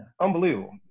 unbelievable